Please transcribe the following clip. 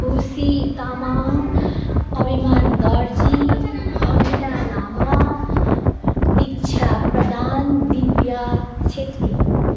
खुसी तामाङ अभिमान दर्जी अङ्किता लामा दिक्षा प्रधान दिव्या छेत्री